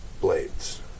blades